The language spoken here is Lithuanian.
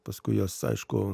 paskui juos aišku